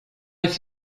jest